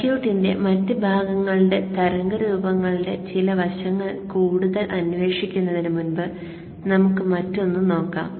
സർക്യൂട്ടിന്റെ മറ്റ് ഭാഗങ്ങളുടെ തരംഗ രൂപങ്ങളുടെ ചില വശങ്ങൾ കൂടുതൽ അന്വേഷിക്കുന്നതിന് മുമ്പ് നമുക്ക് മറ്റൊന്ന് നോക്കാം